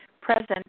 present